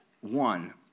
one